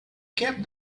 kept